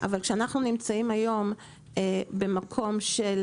אבל כשאנחנו נמצאים היום במקום של